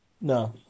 No